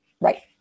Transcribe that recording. right